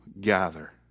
gather